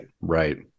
right